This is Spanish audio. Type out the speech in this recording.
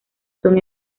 son